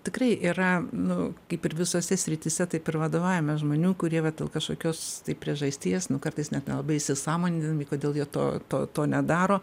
tikrai yra nu kaip ir visose srityse taip ir vadovavime žmonių kurie vat dėl kažkokios priežasties nu kartais net nelabai įsisąmonindami kodėl jie to to to nedaro